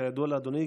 כידוע לאדוני,